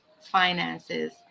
finances